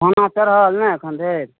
खाना नहि भऽ रहल एखन धरि